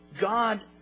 God